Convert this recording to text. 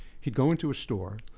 he'd go into a store.